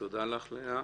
תודה לך לאה.